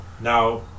Now